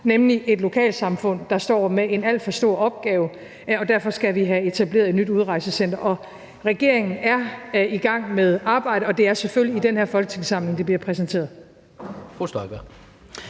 der er et lokalsamfund, der står med en alt for stor opgave, og derfor skal vi have etableret et nyt udrejsecenter. Regeringen er i gang med arbejdet, og det er selvfølgelig i den her folketingssamling, det bliver præsenteret.